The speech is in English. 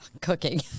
cooking